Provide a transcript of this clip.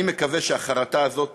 אני מקווה שהחרטה הזאת